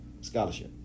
Scholarship